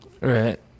Right